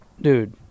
dude